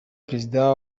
perezida